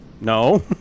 No